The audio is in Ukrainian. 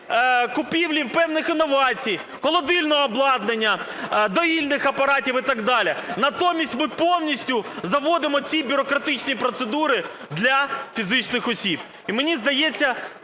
купівлі певних інновацій, холодильного обладнання, доїльних апаратів і так далі. Натомість ми повністю заводимо ці бюрократичні процедури для фізичних осіб. І мені здається,